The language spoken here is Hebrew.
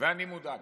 ואני מודאג.